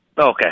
Okay